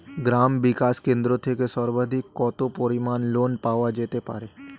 গ্রাম বিকাশ কেন্দ্র থেকে সর্বাধিক কত পরিমান লোন পাওয়া যেতে পারে?